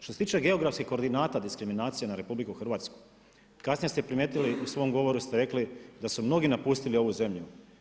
Što se tiče geografskih koordinata diskriminacije na RH, kasnije ste primijetili, u svom govoru ste rekli, da su mnogi napustili ovu zemlju.